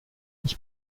ich